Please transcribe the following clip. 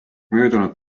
möödunud